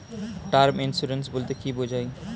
Term insurance বলতে কী বোঝায়?